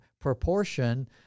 proportion